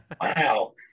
Wow